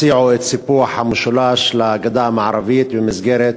הציעו את סיפוח המשולש לגדה המערבית במסגרת